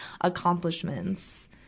accomplishments